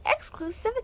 exclusivity